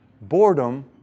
Boredom